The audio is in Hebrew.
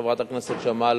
חברת הכנסת שמאלוב-ברקוביץ,